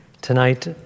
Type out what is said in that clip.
tonight